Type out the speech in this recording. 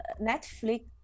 Netflix